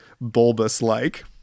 bulbous-like